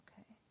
okay